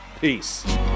Peace